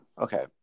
okay